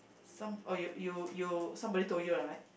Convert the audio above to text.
some oh you you you somebody told you ah right